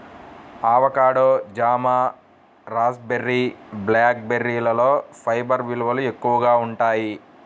avocado, జామ, raspberry, black బెర్రీలలో fibre విలువలు ఎక్కువగా ఉంటాయి